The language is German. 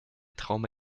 trauma